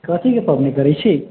कथीके पबनि करै छी